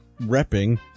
repping